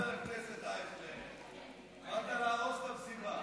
כן, חבר הכנסת ישראל אייכלר, באת להרוס את המסיבה.